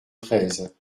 treize